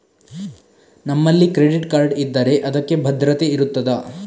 ನಮ್ಮಲ್ಲಿ credit card ಇದ್ದರೆ ಅದಕ್ಕೆ ಭದ್ರತೆ ಇರುತ್ತದಾ?